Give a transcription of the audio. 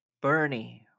Bernie